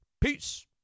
Peace